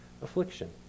affliction